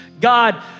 God